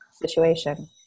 situation